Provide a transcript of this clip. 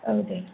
औ दे